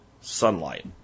sunlight